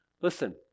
Listen